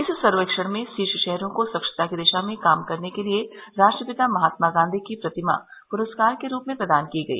इस सर्केक्षण में शीर्ष शहरों को स्वच्छता की दिशा में काम करने के लिये राष्ट्रपिता महात्मा गांधी की प्रतिमा पुरस्कार के रूप में प्रदान की गई